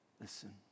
Listen